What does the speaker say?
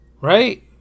right